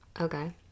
okay